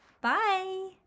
Bye